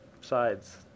sides